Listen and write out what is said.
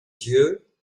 yeux